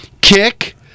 kick